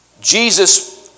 Jesus